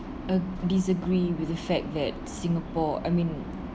uh disagree with the fact that singapore I mean